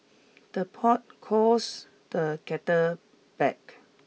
the pot calls the kettle back